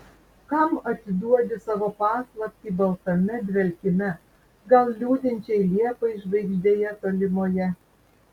kam atiduodi savo paslaptį baltame dvelkime gal liūdinčiai liepai žvaigždėje tolimoje